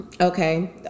okay